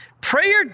Prayer